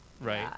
right